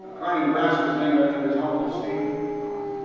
kearney, nebraska is named after his uncle stephen kearney.